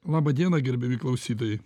laba diena gerbiami klausytojai